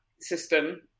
system